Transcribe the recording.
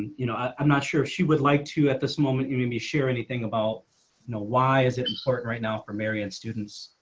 you know, i'm not sure if she would like to at this moment me and me share anything about know why is it important right now for marion students